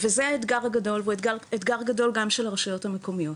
וזה האתגר הגדול והוא אתגר גדול גם של הרשויות המקומיות,